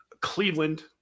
Cleveland